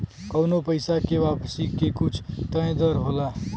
कउनो पइसा के वापसी के कुछ तय दर होला